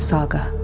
Saga